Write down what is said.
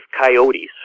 coyotes